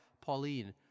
Pauline